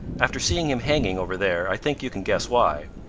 after seeing him hanging over there i think you can guess why.